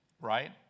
Right